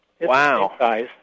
Wow